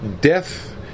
death